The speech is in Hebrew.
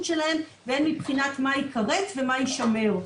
שלהם והן מבחינת מה ייכרת ומה יישמר.